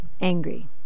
Angry